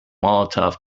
molotov